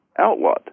outlawed